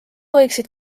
võiksid